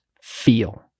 feel